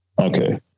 okay